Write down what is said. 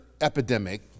epidemic